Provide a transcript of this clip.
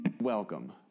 welcome